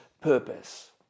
purpose